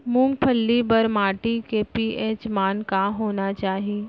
मूंगफली बर माटी के पी.एच मान का होना चाही?